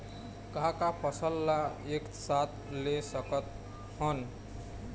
का का फसल ला एक साथ ले सकत हन?